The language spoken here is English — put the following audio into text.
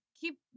keep